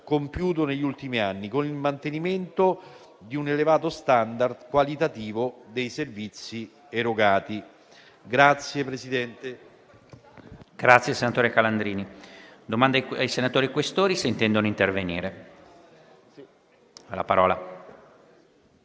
compiuto negli ultimi anni, con il mantenimento di un elevato *standard* qualitativo dei servizi erogati. PRESIDENTE.